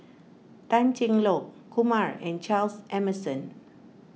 Tan Cheng Lock Kumar and Charles Emmerson